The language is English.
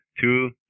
two